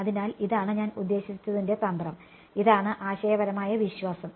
അതിനാൽ ഇതാണ് ഞാൻ ഉദ്ദേശിച്ചതിന്റെ തന്ത്രം ഇതാണ് ആശയപരമായ വിശ്വാസം